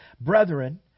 Brethren